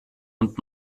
und